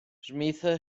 smith